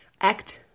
act